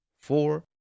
four